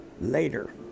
later